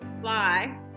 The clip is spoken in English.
fly